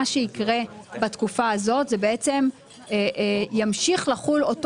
מה שיקרה בתקופה הזאת זה בעצם ימשיך לחול אותו